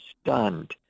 stunned